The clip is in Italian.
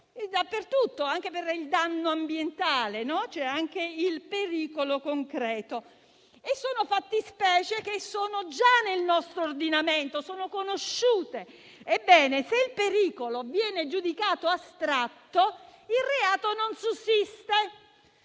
ambiti, anche per il danno ambientale c'è il pericolo concreto e sono fattispecie già presenti nel nostro ordinamento, sono conosciute. Ebbene, se il pericolo viene giudicato astratto, il reato non sussiste,